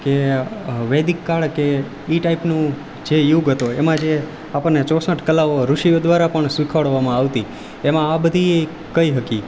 કે વૈદિક કાળ કે એ ટાઈપનો જે યુગ હતો એમાં જે આપણને ચોસઠ કલાઓ ઋષિઓ દ્વારા પણ શીખવાડવામાં આવતી એમાં આ બધી કહી શકી